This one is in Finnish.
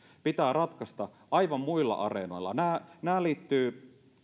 pitää lähtökohtaisesti ratkaista aivan muulla areenalla nämä nämä liittyvät